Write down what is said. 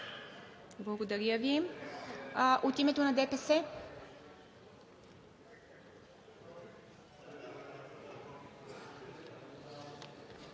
Благодаря Ви. От името на ДПС?